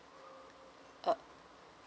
uh